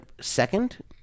second